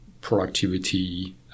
productivity